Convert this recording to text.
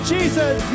Jesus